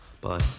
Bye